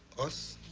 us.